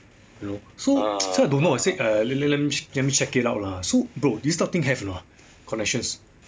so so I don't know I say le~ le~ m~ let me check it out lah so bro this type of thing have or not ah connections